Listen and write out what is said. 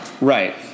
Right